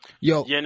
Yo